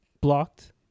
blocked